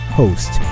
host